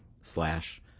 slash